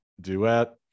duet